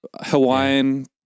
Hawaiian